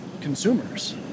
consumers